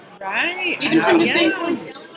Right